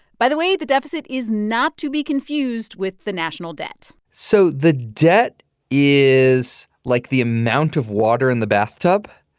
by the way, the deficit is not to be confused with the national debt so the debt is like the amount of water in the bathtub.